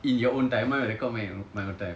in your own time mine will record mine my own time